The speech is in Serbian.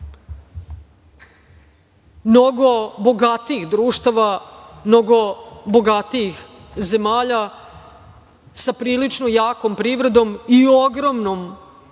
mnogo bogatijih društava, mnogo bogatijih zemalja sa prilično jakom privredom i ogromnom